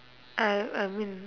I I mean